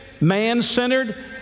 man-centered